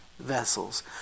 vessels